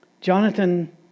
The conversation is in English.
jonathan